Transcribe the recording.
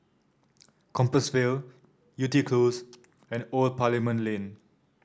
Compassvale Yew Tee Close and Old Parliament Lane